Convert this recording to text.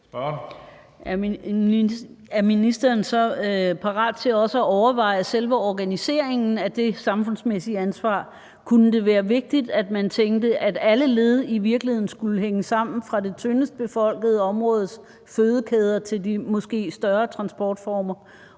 Er ministeren så også parat til at overveje selve organiseringen af det samfundsmæssige ansvar? Kunne det være vigtigt, at man tænkte, at alle led i virkeligheden skulle hænge sammen, altså fra det tyndest befolkede områdes fødekæder til de måske større transportformer,